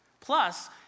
Plus